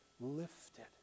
lifted